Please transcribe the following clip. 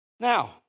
Now